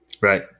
right